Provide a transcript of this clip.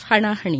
್ ಹಣಾಹಣಿ